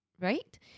right